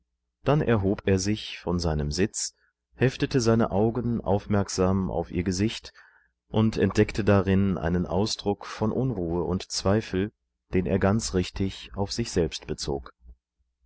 dann erhob er sich von seinem sitz heftete seine augen aufmerksam auf ihr gesicht und entdeckte darin einen ausdruck von unruhe und zweifel den er ganz richtigaufsichselbstbezog soll ich